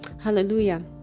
hallelujah